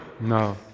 no